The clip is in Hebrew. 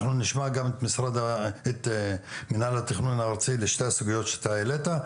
אנחנו נשמע גם את מינהל התכנון הארצי לשתי הסוגיות שהעלית,